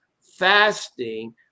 fasting